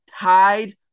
tied